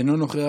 אינו נוכח,